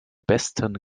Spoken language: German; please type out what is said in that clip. besten